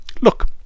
look